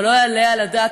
לא יעלה על הדעת,